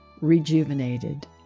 rejuvenated